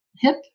hip